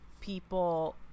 people